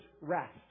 rest